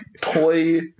Toy